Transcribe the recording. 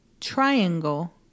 Triangle